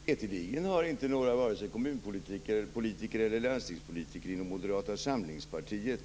Fru talman! Mig veterligen har inte några politiker, vare sig kommunpolitiker eller landstingspolitiker, inom Moderata samlingspartiet